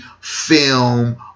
film